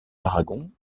aragon